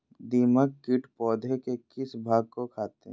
दीमक किट पौधे के किस भाग को खाते हैं?